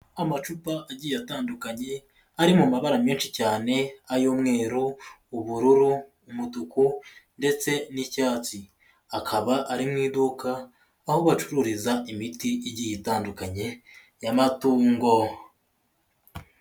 Amacupa agiye atandukanye ari mu mabara menshi cyane ay'umweru, ubururu, umutuku ndetse n'icyatsi, akaba ari mu iduka aho bacururiza imiti igiye itandukanye y'amatungo.